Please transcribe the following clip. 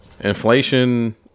inflation